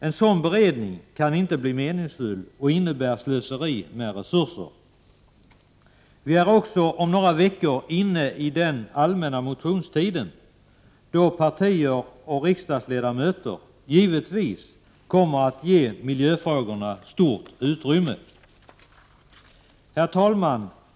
En sådan beredning kan inte bli meningsfull och innebär slöseri med resurser. Vi är också om några veckor inne i den allmänna motionstiden, då partier och riksdagsledamöter givetvis kommer att ge miljöfrågorna stort utrymme. Herr talman!